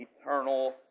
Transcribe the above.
eternal